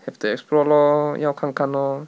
have to explore lor 要看看 lor